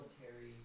Military